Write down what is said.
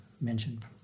mentioned